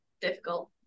difficult